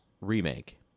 remake